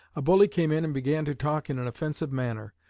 a bully came in and began to talk in an offensive manner,